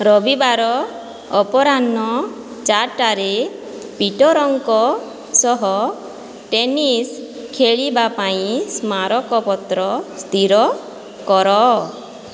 ରବିବାର ଅପରାହ୍ନ ଚାରିଟାରେ ପିଟରଙ୍କ ସହ ଟେନିସ୍ ଖେଳିବା ପାଇଁ ସ୍ମାରକପତ୍ର ସ୍ଥିର କର